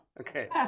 Okay